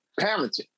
parenting